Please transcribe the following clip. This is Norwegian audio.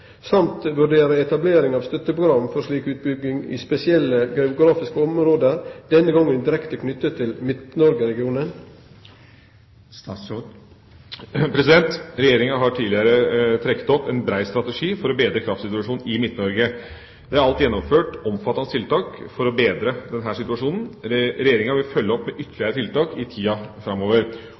samt vurdere å etablere et støtteprogram for slik utbygging i spesielle geografiske områder, denne gangen direkte knyttet til Midt-Norge-regionen?» Regjeringa har tidligere trukket opp en bred strategi for å bedre kraftsituasjonen i Midt-Norge. Det er alt gjennomført omfattende tiltak for å bedre denne situasjonen. Regjeringa vil følge opp med ytterligere tiltak i tiden framover.